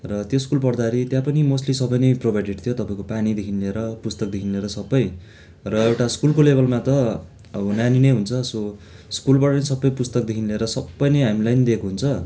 र त्यो स्कुल पढ्दाखेरि त्यहाँ पनि मोस्टली सबै नै प्रोभाइडेट थियो तपाईँको पानीदेखि लिएर पुस्तकदेखि लिएर सबै र एउटा स्कुलको लेभलमा त अब नानी नै हुन्छ सो स्कुलबाट नै सबै पुस्तकदेखि लिएर सबै नै हामीलाई नै दिएको हुन्छ